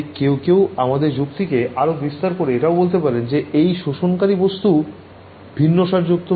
তাই আমাদের যুক্তিকে আর একটু বিস্তারিত করে এটাও বলতে পারে এদের মধ্যে একটা absorbing material কিন্তু যেকোনো absorbing material না যে material টা anisotropic হবে